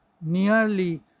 nearly